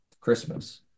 Christmas